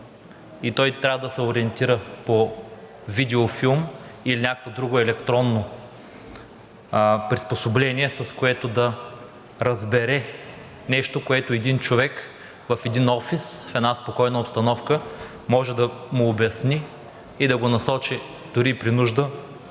и той трябва да се ориентира по видеофилм или някое друго електронно приспособление, с което да разбере нещо, което един човек в един офис в една спокойна обстановка може да му обясни и да го насочи дори и при нужда